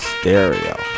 stereo